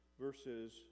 verses